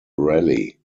rally